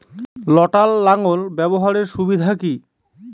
লটার লাঙ্গল ব্যবহারের সুবিধা কি?